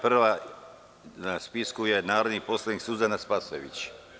Prva na spisku je narodni poslanik Suzana Spasojević.